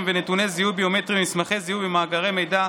ונתוני זיהוי ביומטריים במסמכי זיהוי במאגרי מידע,